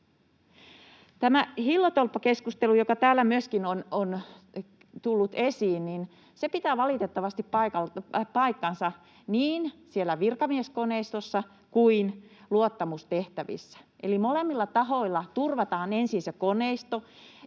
Tämä hillotolppakeskustelu, joka täällä myöskin on tullut esiin, pitää valitettavasti paikkansa niin virkamieskoneistossa kuin luottamustehtävissä. Eli molemmilla tahoilla turvataan ensin se koneisto